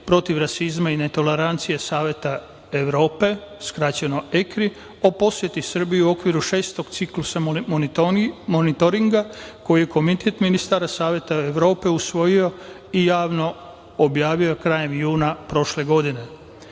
protiv rasizma i netolerancije Saveta Evrope, skraćeno EKRI, o poseti Srbije u okviru Šestog ciklusa monitoringa, koji je komitet ministara SE, usvojio i javno objavio krajem juna prošle